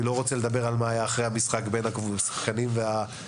אני לא רוצה לדבר על מה היה אחרי המשחק בין השחקנים וההנהלה,